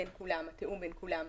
התיאום בין כולם,